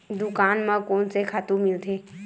दुकान म कोन से खातु मिलथे?